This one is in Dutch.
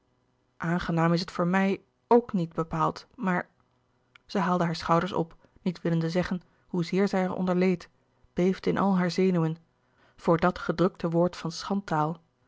aangenaam is het voor mij ook niet bepaald maar en zij haalde hare schouders op niet willende zeggen hoezeer zij er onder leed beefde in al haar zenuwen voor dat gedrukte woord van schandtaal